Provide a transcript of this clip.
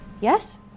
yes